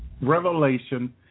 revelation